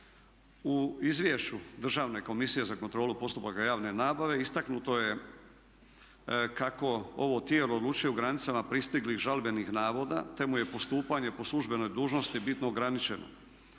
U izvješću Državne komisije za kontrolu postupaka javne nabave istaknuto je kako ovo tijelo odlučuje u granicama pristiglih žalbenih navoda te mu je postupanje po službenoj dužnosti bitno ograničeno.